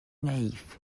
naïf